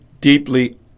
deeply